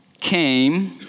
came